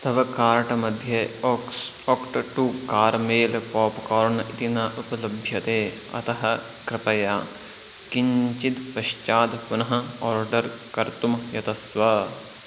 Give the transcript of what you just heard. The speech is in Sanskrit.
तव कार्ट् मध्ये oaks act two caramel popcorn इति न उपलभ्यते अतः कृपया किञ्चित् पश्चात् पुनः आर्डर् कर्तुं यतस्व